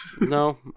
No